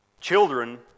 children